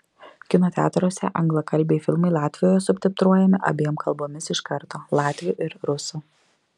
kino teatruose anglakalbiai filmai latvijoje subtitruojami abiem kalbomis iš karto latvių ir rusų